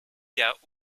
der